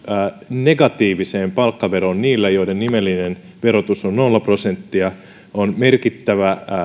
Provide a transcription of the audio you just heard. negatiiviseen palkkaveroon niillä joiden nimellinen verotus on nolla prosenttia on merkittävä